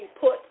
put